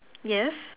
yes